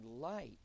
light